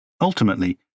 Ultimately